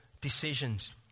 decisions